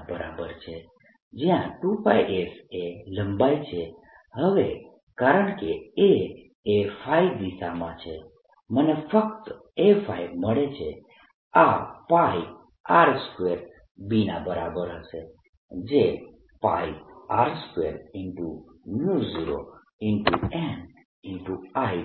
2πs ના બરાબર છે જ્યાં 2πs એ લંબાઈ છે હવે કારણકે A એ દિશામાં છે મને ફક્ત A મળે છે આ R2B ના બરાબર હશે જે R20nI